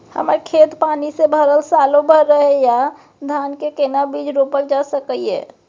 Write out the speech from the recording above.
हमर खेत पानी से भरल सालो भैर रहैया, धान के केना बीज रोपल जा सकै ये?